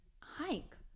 hike